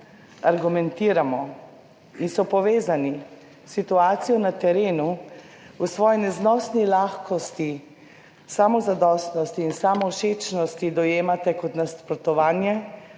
argumentiramo in so povezani s situacijo na terenu, v svoji neznosni lahkosti, samozadostnosti in samovšečnosti dojemate kot nasprotovanje,